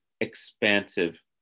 expansive